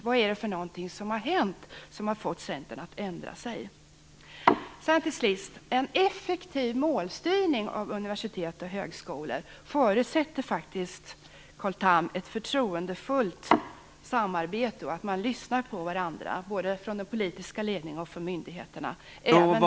Vad är det som har hänt som har fått Centern att ändra sig. Till sist: En effektiv målstyrning av universitet och högskolor förutsätter faktiskt, Carl Tham, ett förtroendefullt samarbete och att man lyssnar på varandra, både från den politiska ledningen och från myndigheternas sida.